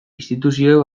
instituzioek